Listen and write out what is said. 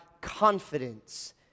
confidence